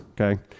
okay